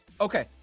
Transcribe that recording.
Okay